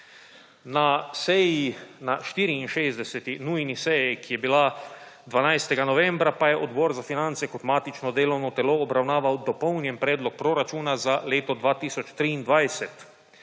Na 64. nujni seji, ki je bila 12. novembra 2021, pa je Odbor za finance kot matično delovno telo obravnaval Dopolnjen predlog proračuna za leto 2023.